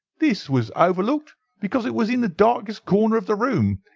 this was overlooked because it was in the darkest corner of the room,